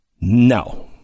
No